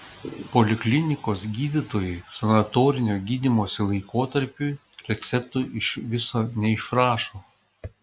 poliklinikos gydytojai sanatorinio gydymosi laikotarpiui receptų iš viso neišrašo